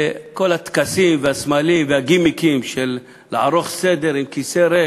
כל הטקסים והסמלים והגימיקים של עריכת סדר עם כיסא ריק,